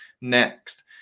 next